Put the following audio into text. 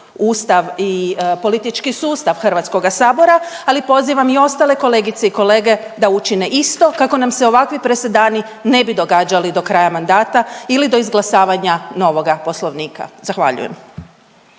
Ustav i politički sustav Hrvatskoga sabora, ali pozivam i ostale kolegice i kolege da učine isto kako nam se ovakvi presedani ne bi događali do kraja mandata ili do izglasavanja novoga Poslovnika. Zahvaljujem.